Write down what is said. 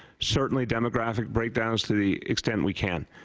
certainly demographic breakdowns to the extent we can.